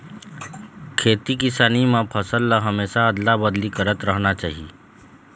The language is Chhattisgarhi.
खेती किसानी म फसल ल हमेशा अदला बदली करत रहना चाही